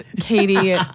Katie